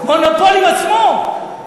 "מונופול" עם עצמו.